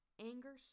Anger